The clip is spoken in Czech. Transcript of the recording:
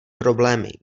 problémy